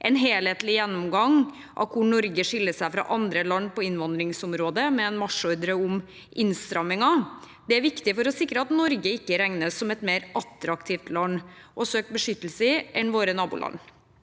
en helhetlig gjennomgang av hvor Norge skiller seg fra andre land på innvandringsområdet, med en marsjordre om innstramminger. Det er viktig for å sikre at Norge ikke regnes som et mer attraktivt land å søke beskyttelse i enn våre naboland.